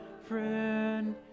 friend